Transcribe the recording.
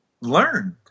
learned